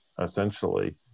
Essentially